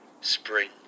spring